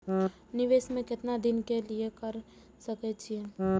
निवेश में केतना दिन के लिए कर सके छीय?